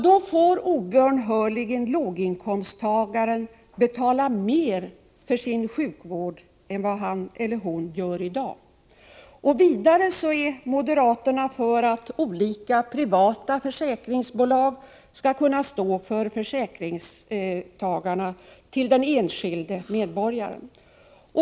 Då skulle låginkomsttagaren obönhörligen få betala mer för sin sjukvård än vad han eller hon gör i dag. Vidare är moderaterna för att olika privata försäkringsbolag skall kunna stå för försäkringarna för den enskilde medborgaren.